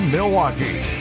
Milwaukee